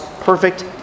perfect